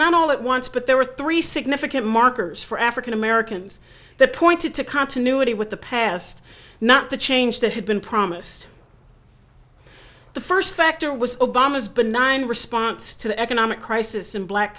not all at once but there were three significant markers for african americans that pointed to continuity with the past not the change that had been promised the first factor was obama's benign response to the economic crisis in black